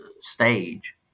stage